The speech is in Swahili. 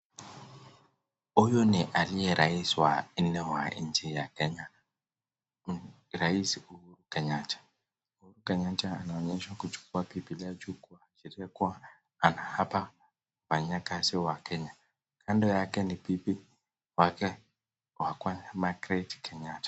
Huyu ni aliye rais wa nne wa nchi ya Kenya, rais Uhuru Kenyatta. Uhuru Kenyatta anaonyeshwa kuchukua bibilia juu uku anahapa kufanyia kazi wakenya. Kando yake ni bibi wake wa kwaza Margaret Kenyatta.